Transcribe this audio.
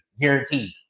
guaranteed